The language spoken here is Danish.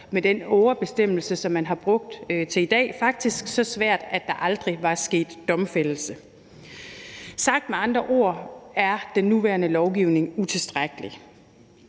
med den ågerbestemmelse, som man har brugt til i dag – faktisk så svært, at der aldrig var sket domfældelse. Sagt med andre ord er den nuværende lovgivning utilstrækkelig.